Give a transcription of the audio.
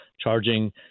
charging